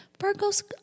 Virgo's